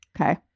Okay